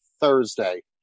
Thursday